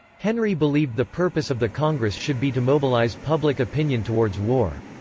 henry believed the purpose of the congress should be to mobilize public opinion towards war.